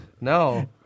No